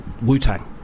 Wu-Tang